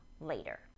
later